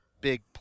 big